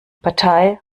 partei